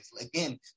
Again